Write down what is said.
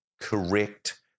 correct